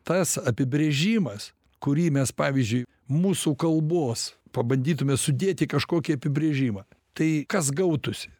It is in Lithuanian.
tas apibrėžimas kurį mes pavyzdžiui mūsų kalbos pabandytume sudėti į kažkokį apibrėžimą tai kas gautųsi